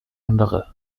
andere